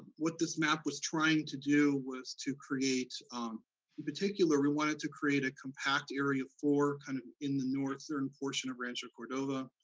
what this map was trying to do was to create um in particular we wanted to create a compact area for kind of in the northern portion of rancho cordova.